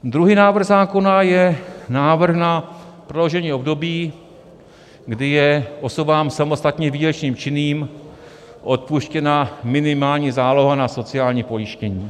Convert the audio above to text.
Druhý návrh zákona je návrh na prodloužení období, kdy je osobám samostatně výdělečně činným odpuštěna minimální záloha na sociální pojištění.